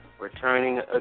returning